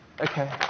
Okay